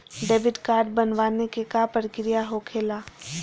Debit card बनवाने के का प्रक्रिया होखेला?